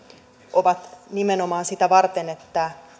ovat nimenomaan sitä varten että